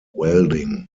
welding